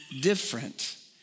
different